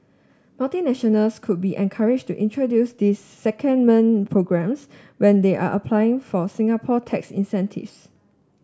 multinationals could be encouraged to introduce these secondment programmes when they are applying for Singapore tax incentives